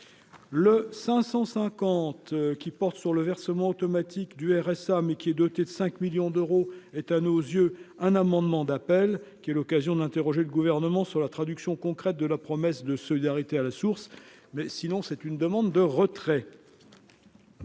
le 550 qui porte sur le versement automatique du RSA mais qui est dotée de 5 millions d'euros est à nos yeux un amendement d'appel qui est l'occasion de l'interroger le gouvernement sur la traduction concrète de la promesse de solidarité à la source, mais sinon, c'est une demande de retrait.